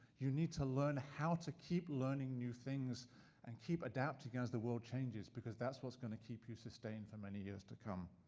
you need to learn how to keep learning new things and keep adapting as the world changes because that's what's going to keep you sustained for many years to come.